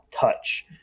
touch